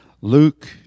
Luke